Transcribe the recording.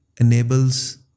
enables